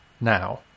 now